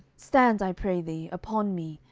stand, i pray thee, upon me,